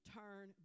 turn